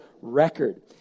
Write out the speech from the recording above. record